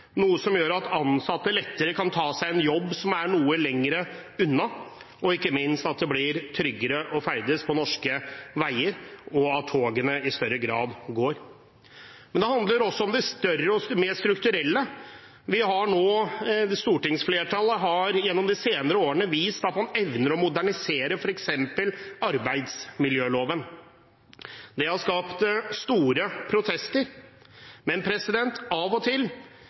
noe som gjør at ansatte lettere kan ta seg en jobb som er noe lenger unna, og ikke minst at det blir tryggere å ferdes på norske veier, og at togene i større grad går. Men det handler også om det større og mer strukturelle. Stortingsflertallet har gjennom de senere årene vist at man evner å modernisere f.eks. arbeidsmiljøloven. Det har skapt store protester. Av og til